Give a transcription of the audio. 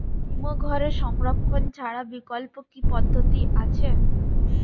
হিমঘরে সংরক্ষণ ছাড়া বিকল্প কি পদ্ধতি আছে?